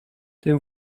tym